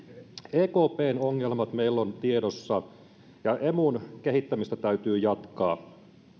ekpn ongelmat meillä on tiedossa ja emun kehittämistä täytyy jatkaa